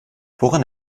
woran